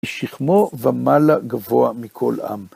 משכמו ומעלה גבוה מכל עם.